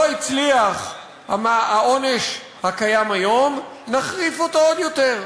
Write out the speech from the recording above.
לא הצליח העונש הקיים היום, נחריף אותו עוד יותר,